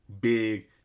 big